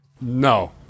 No